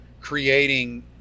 creating